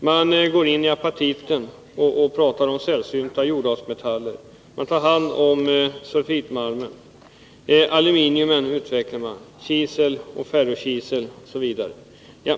De framhåller att det i apatit finns sällsynta jordartsmetaller och förordar att sulfidmalmen skall tas om hand. Vidare vill man utveckla aluminiumframställning, satsa på kisel, ferrokisel osv.